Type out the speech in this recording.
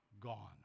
gone